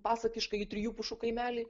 pasakiškąjį trijų pušų kaimelį